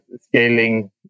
scaling